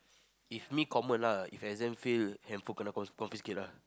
if me common ah if exam fail handphone kenna con confiscate lah